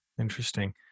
Interesting